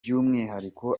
by’umwihariko